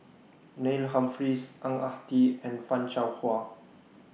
Neil Humphreys Ang Ah Tee and fan Shao Hua